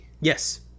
yes